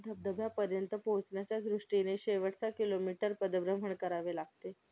धबधब्यापर्यंत पोहोचण्याच्या दृष्टीने शेवटचा किलोमीटर पदभ्रमण करावे लागते